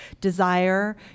desire